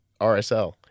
RSL